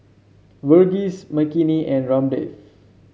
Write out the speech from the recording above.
Verghese Makineni and Ramdev